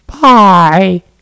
Bye